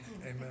Amen